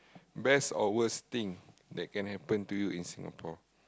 best or worse thing that can happen to you in Singapore